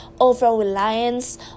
over-reliance